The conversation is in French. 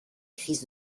crise